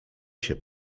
się